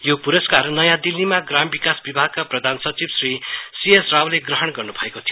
यो पुरस्कार नयाँ दिल्लीमा ग्राम विकास विभागका प्रधान सचिव श्री सीएस रावले ग्रहण गर्नुभएको थियो